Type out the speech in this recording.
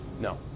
No